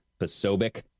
Pasobic